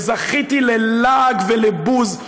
וזכיתי ללעג ולבוז,